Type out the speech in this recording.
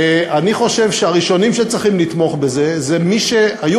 ואני חושב שהראשונים שצריכים לתמוך בזה הם אלה שהיו